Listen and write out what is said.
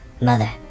Mother